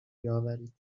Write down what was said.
بیاورید